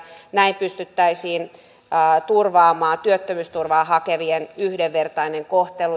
näin pystyttäisiin turvaamaan työttömyysturvaa hakevien yhdenvertainen kohtelu